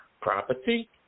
property